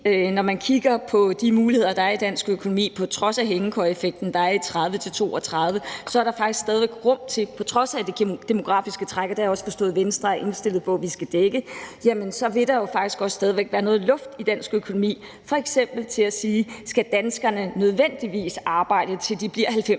Når man kigger på de muligheder, der er i dansk økonomi på trods af hængekøjeeffekten, der er i 2030-2032, så vil der på trods af det demografiske træk – og det har jeg også forstået at Venstre er indstillet på at vi skal dække – jo faktisk så også stadig væk være noget luft i dansk økonomi til f.eks. at spørge, om danskerne nødvendigvis skal arbejde, til de bliver 90